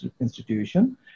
institution